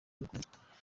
bwihariye